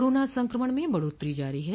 corona संक्रमण में बढ़ोत्तरी जारी है